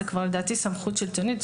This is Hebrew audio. לדעתי זאת כבר סמכות שלטונית,